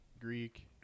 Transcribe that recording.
Greek